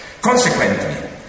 Consequently